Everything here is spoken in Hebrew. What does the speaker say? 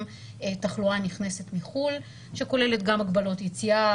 תחלואה נכנסת מחוץ לארץ שכוללת גם הגבלות יציאה,